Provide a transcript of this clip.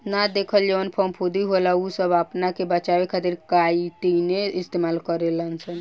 ना देखल जवन फफूंदी होला उ सब आपना के बचावे खातिर काइतीने इस्तेमाल करे लसन